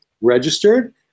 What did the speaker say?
registered